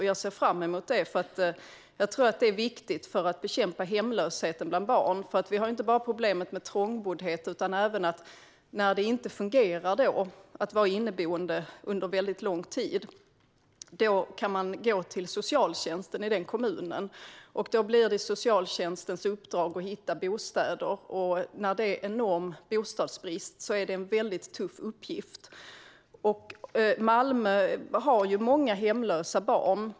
Jag ser fram emot detta, för jag tycker att det är viktigt att bekämpa hemlösheten bland barn. Vi har inte bara problemet med trångboddhet. När det inte fungerar att vara inneboende under väldigt lång tid kan man gå till kommunens socialtjänst. Då blir det socialtjänstens uppdrag att hitta bostäder. När bostadsbristen är enorm blir det en mycket tuff uppgift. Malmö har många hemlösa barn.